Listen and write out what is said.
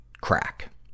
crack